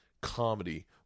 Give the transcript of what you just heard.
comedy